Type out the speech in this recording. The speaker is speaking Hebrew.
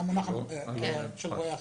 המינוח הוא של רואי החשבון.